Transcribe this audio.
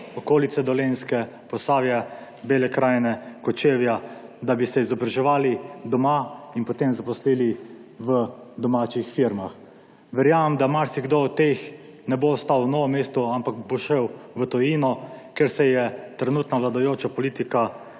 okolice Dolenjske, Posavja, Bele krajine, Kočevja, da bi se izobraževali doma in potem zaposlili v domačih firmah. Verjamem, da marsikdo od teh ne bo ostal v Novem mestu, ampak bo šel v tujino, ker se je trenutna vladajoča politika